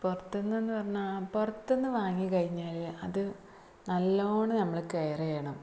പുറത്ത്ന്ന്ന്ന് പറഞ്ഞാല് പുറത്തുനിന്നു വാങ്ങിക്കഴിഞ്ഞാല് അത് നല്ലവണ്ണം നമ്മള് കെയര് ചെയ്യണം